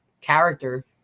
character